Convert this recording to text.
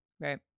Right